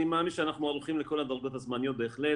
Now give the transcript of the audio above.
אני מאמין שאנחנו ערוכים לכל הדרגות הזמניות בהחלט.